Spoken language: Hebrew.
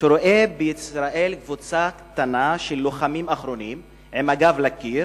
שרואה בישראל קבוצה קטנה של לוחמים אחרונים עם הגב לקיר,